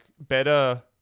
better